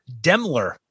Demler